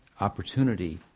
opportunity